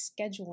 scheduling